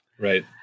Right